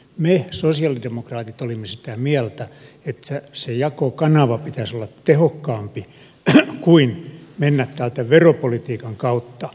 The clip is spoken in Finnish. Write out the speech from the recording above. me sosialidemokraatit olimme sitä mieltä että sen jakokanavan pitäisi olla tehokkaampi kuin mennä täältä veropolitiikan kautta